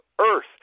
earth